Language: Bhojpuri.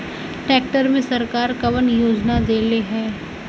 ट्रैक्टर मे सरकार कवन योजना देले हैं?